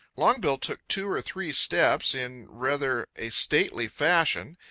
longbill took two or three steps in rather a stately fashion.